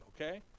okay